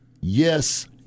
Yes